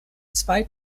zwei